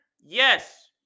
yes